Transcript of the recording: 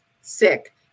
sick